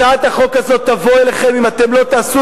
הצעת החוק הזאת תבוא אליכם אם אתם לא תעשו